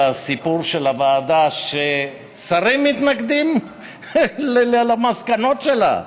על הסיפור של הוועדה ששרים מתנגדים למסקנות שלה,